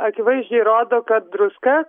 akivaizdžiai rodo kad druska